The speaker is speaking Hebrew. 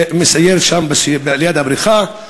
שסיירה ליד הבריכה,